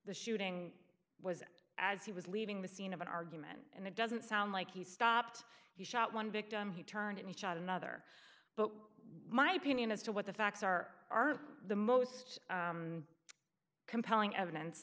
the shooting was as he was leaving the scene of an argument and it doesn't sound like he stopped he shot one victim he turned and shot another but my opinion as to what the facts are are the most compelling evidence